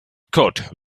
court